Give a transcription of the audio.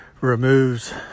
removes